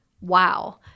Wow